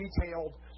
detailed